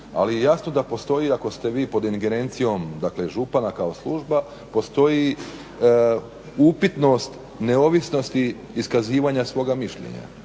ali je jasno da postoji ako ste vi pod ingerencijom dakle župana kao služba postoji upitnost neovisnosti iskazivanja svoga mišljenja.